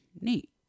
Neat